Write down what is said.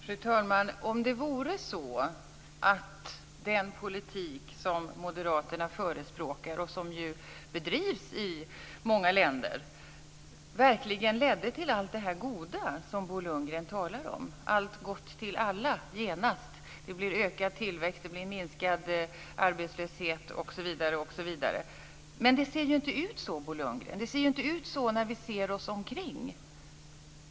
Fru talman! Om det vore så att den politik som moderaterna förespråkar och som ju bedrivs i många länder verkligen ledde till allt detta goda som Bo Lundgren talar om - allt gott till alla genast. Det blir ökad tillväxt, minskad arbetslöshet, osv. Men det ser ju inte ut så Bo Lundgren, när vi ser oss omkring.